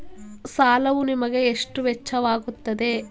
ಸಾಲವು ನಿಮಗೆ ಎಷ್ಟು ವೆಚ್ಚವಾಗುತ್ತದೆ?